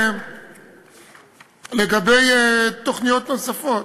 לגבי תוכניות נוספות,